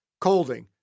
Colding